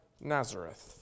Nazareth